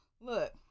look